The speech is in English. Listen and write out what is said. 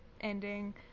ending